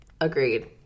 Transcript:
Agreed